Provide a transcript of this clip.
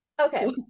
Okay